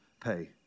pay